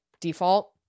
default